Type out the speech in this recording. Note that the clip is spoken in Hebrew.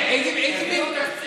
אבל אתה לא פרשן.